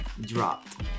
dropped